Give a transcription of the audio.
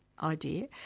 Idea